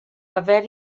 haver